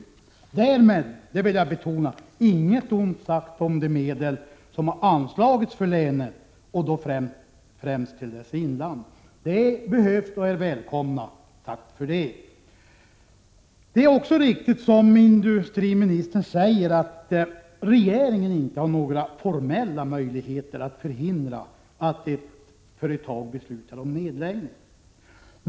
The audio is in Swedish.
Men jag vill betona att jag inte har sagt något ont om de medel som har anslagits för länet, och då främst till dess inland. Dessa medel behövs och är välkomna — tack för dem. Det är också viktigt, som industriministern säger, att regeringen inte har några formella möjligheter att förhindra att ett företag beslutar om nedläggning.